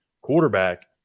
quarterback